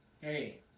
Hey